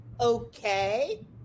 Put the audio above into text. Okay